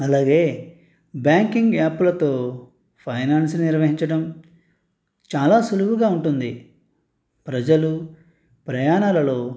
అలాగే బ్యాంకింగ్ యాప్లతో ఫైనాన్స్ నిర్వహించడం చాలా సులువుగా ఉంటుంది ప్రజలు ప్రయాణాలలో